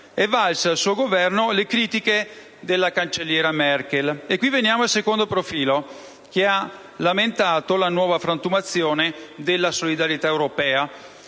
è valsa al suo Governo le critiche della cancelliera Merkel. E qui veniamo al secondo profilo che ho lamentato: la nuova frantumazione della solidarietà europea,